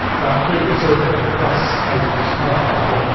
but people said that plus eight was high. well,